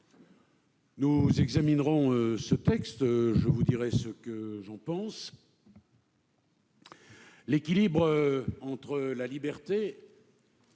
Nous examinerons ce texte et je vous dirai ce que j'en pense, mais l'équilibre entre la liberté